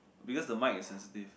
because the mic is sensitive